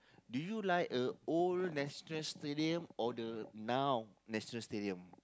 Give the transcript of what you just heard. do you like a old National-Stadium or the now National-Stadium